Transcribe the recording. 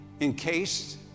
encased